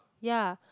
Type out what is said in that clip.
ya